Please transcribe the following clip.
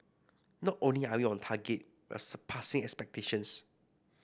not only are we on target we are surpassing expectations